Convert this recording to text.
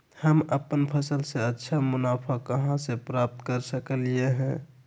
हम अपन फसल से अच्छा मुनाफा कहाँ से प्राप्त कर सकलियै ह?